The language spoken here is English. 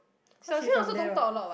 cause she from there what